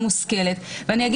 וזה לא אומר,